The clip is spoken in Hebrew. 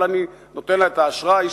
אבל אני נותן לה את האשראי,